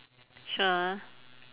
sure ah